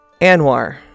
Anwar